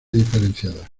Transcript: diferenciadas